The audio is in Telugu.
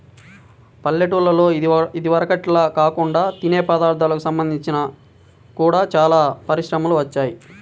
పల్లెటూల్లలో ఇదివరకటిల్లా కాకుండా తినే పదార్ధాలకు సంబంధించి గూడా చానా పరిశ్రమలు వచ్చాయ్